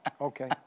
Okay